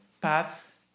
path